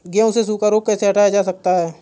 गेहूँ से सूखा रोग कैसे हटाया जा सकता है?